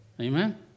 amen